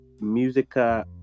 musica